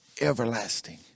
everlasting